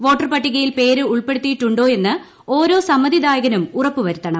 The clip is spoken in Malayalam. വോട്ടർ പട്ടികയിൽ പ്പേര് ഉൾപ്പെടുത്തിയിട്ടുണ്ടൊയെന്ന് ഓരോ സമ്മതിദായകനും ഉറപ്പ് പ്രുവരുത്തണം